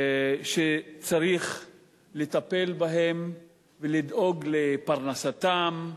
שצריך לטפל בהם ולדאוג לפרנסתם,